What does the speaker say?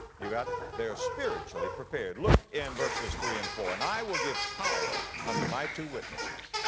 you have it? they are spiritually prepared. look in verses three and four, and i will give power unto my two witnesses,